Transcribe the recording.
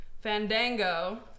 Fandango